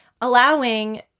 allowing